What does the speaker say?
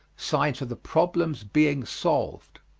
signs of the problem's being solved.